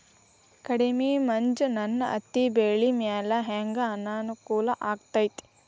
ಕಡಮಿ ಮಂಜ್ ನನ್ ಹತ್ತಿಬೆಳಿ ಮ್ಯಾಲೆ ಹೆಂಗ್ ಅನಾನುಕೂಲ ಆಗ್ತೆತಿ?